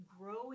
growing